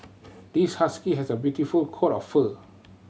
this husky has a beautiful coat of fur